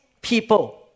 people